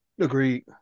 Agreed